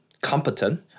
competent